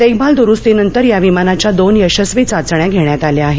देखभाल दुरुस्तीनंतर या विमानाच्या दोन यशस्वी चाचण्या घेण्यात आल्या आहेत